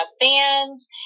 fans